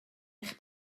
eich